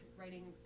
writing